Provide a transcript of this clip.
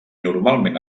normalment